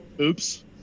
oops